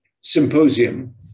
symposium